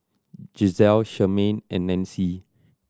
Gisele Charmaine and Nancy